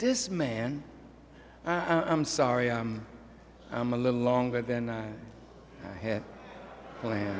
this man i'm sorry i'm a little longer than i had planned